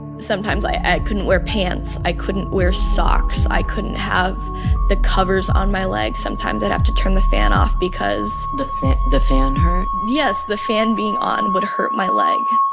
sometimes, i i couldn't wear pants. i couldn't wear socks. i couldn't have the covers on my legs. sometimes, i'd have to turn the fan off because. the the fan hurt yes, the fan being on would hurt my leg